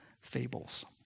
fables